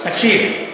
תקשיב.